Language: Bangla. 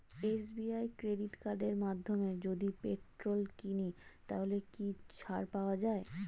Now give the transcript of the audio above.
এস.বি.আই ক্রেডিট কার্ডের মাধ্যমে যদি পেট্রোল কিনি তাহলে কি ছাড় পাওয়া যায়?